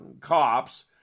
cops